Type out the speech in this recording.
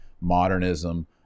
modernism